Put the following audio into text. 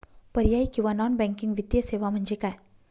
पर्यायी किंवा non banking वित्तीय सेवा म्हणजे काय?